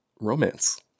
romance